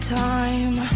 time